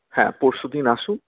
হ্যাঁ পরশুদিন আসুন